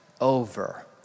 over